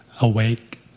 awake